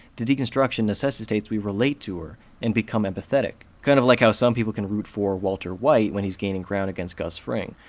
the deconstruction necessitates we relate to her and become empathetic. kind of like how some people can root for walter white when he's gaining ground against gus fring.